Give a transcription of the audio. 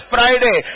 Friday